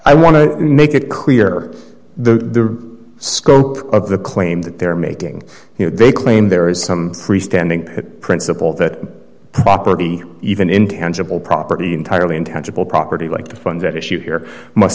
i want to make it clear the scope of the claims that they're making you know they claim there is some free standing principle that property even intangible property entirely intangible property like the one that issue here